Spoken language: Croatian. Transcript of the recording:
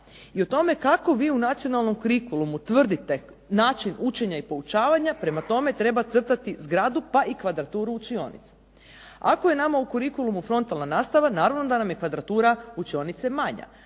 i o tome kako vi u Nacionalnom curicullumu tvrdite način učenja i poučavanja prema tome treba crtati zgradu pa i kvadraturu učionice. Ako je nama u curicullumu frontalna nastava naravno da nam je kvadratura učionice manja.